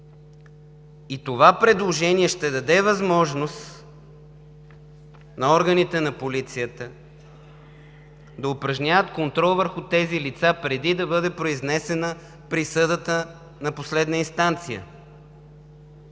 Това предложение ще даде възможност на органите на полицията да упражняват контрол върху тези лица преди да бъде произнесена присъдата на последна инстанция.